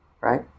Right